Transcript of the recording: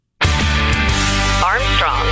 Armstrong